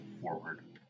forward